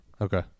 Okay